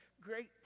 great